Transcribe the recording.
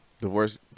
Divorce